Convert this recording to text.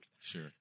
Sure